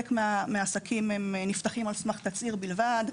וחלק מהעסקים נפתחים על סמך תצהיר בלבד.